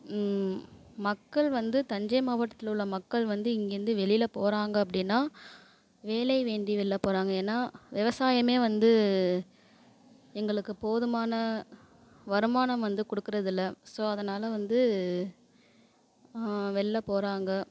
மக்கள் வந்து தஞ்சை மாவட்டத்தில் உள்ள மக்கள் வந்து இங்கேருந்து வெளியில போகறாங்க அப்படினா வேலை வேண்டி வெளில போகறாங்க ஏன்னா விவசாயமே வந்து எங்களுக்கு போதுமான வருமானம் வந்து கொடுக்கிறதில்ல ஸோ அதனால வந்து வெளில போகறாங்க